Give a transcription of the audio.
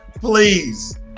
please